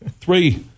Three